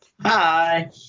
Hi